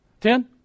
Ten